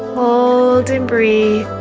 hold and breathe